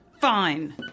Fine